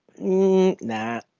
Nah